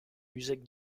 musique